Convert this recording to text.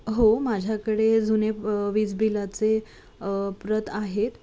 हो माझ्याकडे जुने वीज बिलाचे प्रत आहेत